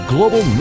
Global